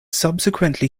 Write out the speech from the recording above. subsequently